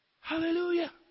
Hallelujah